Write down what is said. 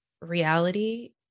reality